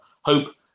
hope